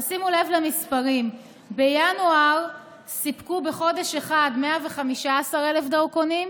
שימו לב למספרים: בינואר סיפקו בחודש אחד 115,000 דרכונים,